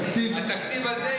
התקציב הזה,